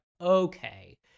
okay